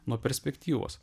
nuo perspektyvos